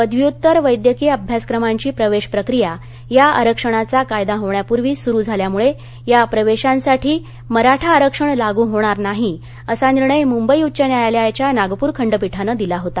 पद्व्युत्तर वैद्यकीय अभ्यासक्रमांची प्रवेश प्रक्रीया या आरक्षणाचा कायदा होण्यापूर्वी सुरू झाल्यामुळे या प्रवेशांसाठी मराठा आरक्षण लागू होणार नाही असा निर्णय मुंबई उच्च न्यायालयाच्या नागपूर खंडपीठानं दिला होता